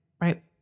right